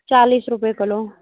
चालीस रुपये किलो